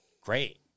Great